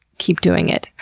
keep doing it.